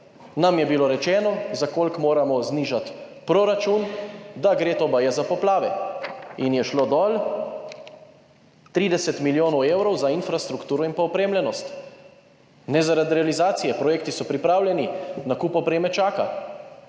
nam je bilo rečeno, za koliko moramo znižati proračun, da gre to baje za poplave. In je šlo dol 30 milijonov evrov za infrastrukturo in opremljenost. Ne zaradi realizacije, projekti so pripravljeni, nakup opreme čaka.